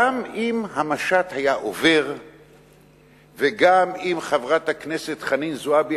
גם אם המשט היה עובר וגם אם חברת הכנסת חנין זועבי